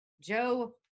Joe